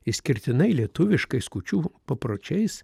išskirtinai lietuviškais kūčių papročiais